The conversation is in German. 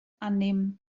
annehmen